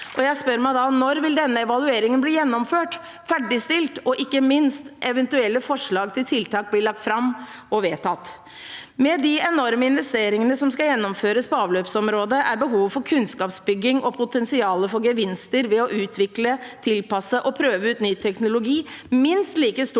Når vil denne evalueringen bli gjennomført og ferdigstilt og ikke minst eventuelle forslag til tiltak bli lagt fram og vedtatt? Med de enorme investeringene som skal gjennomføres på avløpsområdet, er behovet for kunnskapsbygging og potensialet for gevinster ved å utvikle, tilpasse og prøve ut ny teknologi minst like stort